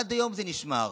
שעד היום זה נשמר,